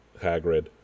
Hagrid